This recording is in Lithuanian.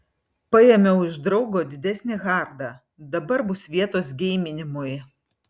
paėmiau iš draugo didesnį hardą dabar bus vietos geiminimui